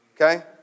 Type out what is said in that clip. okay